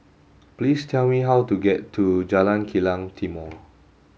please tell me how to get to Jalan Kilang Timor